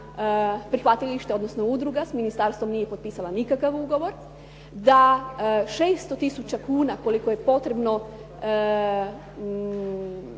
prihvatilište, odnosno udruga s ministarstvom nije potpisala nikakav ugovor, da 600 tisuća kuna koliko je potrebno